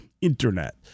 internet